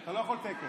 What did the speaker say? אתה לא יכול תיקו.